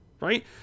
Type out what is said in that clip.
right